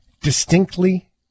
Distinctly